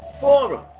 Forum